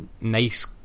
nice